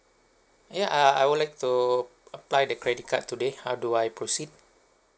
yeah I I would like to apply the credit card today how do I proceed